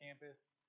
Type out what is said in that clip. Campus